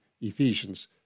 Ephesians